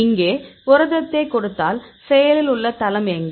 இங்கே புரதத்தைக் கொடுத்தால் செயலில் உள்ள தளம் எங்கே